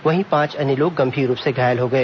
वहीं पांच अन्य लोग गंभीर रुप से घायल हो गए